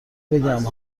بگم